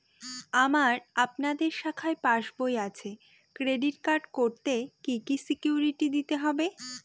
আমার আপনাদের শাখায় পাসবই আছে ক্রেডিট কার্ড করতে কি কি সিকিউরিটি দিতে হবে?